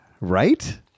right